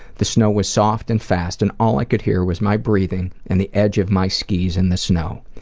the snow was soft and fast and all i could hear was my breathing and the edge of my skis in the snow.